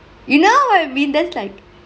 you know I mean that's like